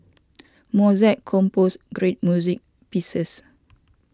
Mozart composed great music pieces